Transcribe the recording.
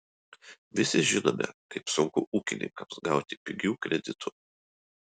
visi žinome kaip sunku ūkininkams gauti pigių kreditų